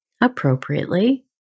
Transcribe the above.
appropriately